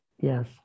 Yes